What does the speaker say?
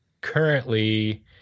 currently